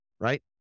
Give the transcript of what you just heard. right